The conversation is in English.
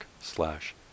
slash